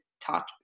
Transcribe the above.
talk